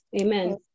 Amen